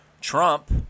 Trump